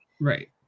Right